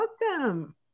Welcome